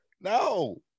No